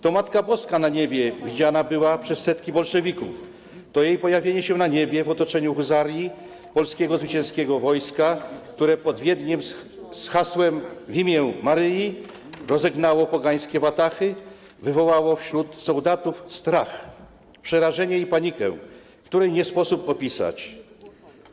To Matka Boska na niebie widziana była przez setki bolszewików, to jej pojawienie się na niebie w otoczeniu husarii, polskiego zwycięskiego wojska, które pod Wiedniem z hasłem: W imię Maryi rozegnało pogańskie watahy, wywołało wśród sołdatów strach, przerażenie i panikę, której nie sposób opisać.